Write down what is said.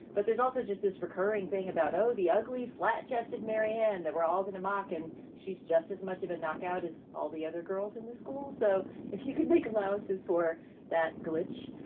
but there's also just this recurring thing about, oh, the ugly, flat chested marianne that we're all going to mock. and she's just as much of a knockout as all the other girls in the school. so if you could make allowances for that glitch,